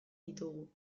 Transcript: ditugu